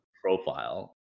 profile